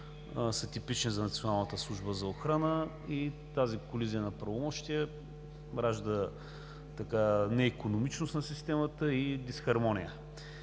за охрана, и тази колизия на правомощия ражда неикономичност на системата и дисхармония.